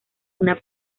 una